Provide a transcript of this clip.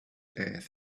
earth